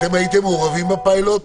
אתם הייתם מעורבים בפיילוט?